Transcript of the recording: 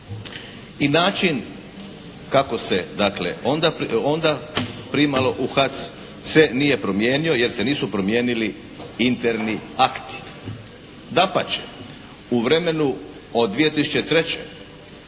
i način kako se onda primalo u HAC se nije promijenio jer se nisu promijenili interni akti. Dapače, u vremenu od 2003.